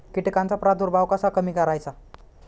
कीटकांचा प्रादुर्भाव कसा कमी करायचा?